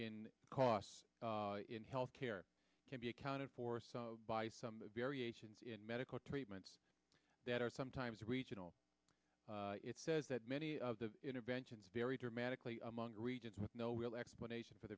in costs in health care can be accounted for by some variation in medical treatments that are sometimes regional it says that many of the interventions vary dramatically among regions with no real explanation for